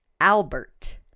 Albert